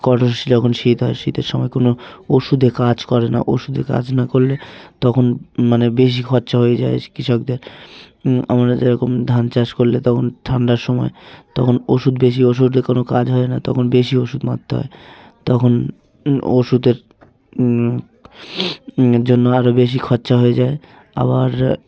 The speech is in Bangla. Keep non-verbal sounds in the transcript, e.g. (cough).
কড়া (unintelligible) যখন শীত হয় শীতের সময় কোনো ওষুধে কাজ করে না ওষুধে কাজ না করলে তখন মানে বেশি খরচা হয়ে যায় কৃষকদের আমরা যেরকম ধান চাষ করলে তখন ঠান্ডার সময় তখন ওষুধ বেশি ওষুধে কোনো কাজ হয় না তখন বেশি ওষধ মারতে হয় তখন ওষুধের এর জন্য আরো বেশি খরচা হয়ে যায় আবার